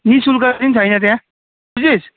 निशुल्क चाहिँ छैन त्यहाँ बुझिस्